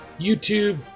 YouTube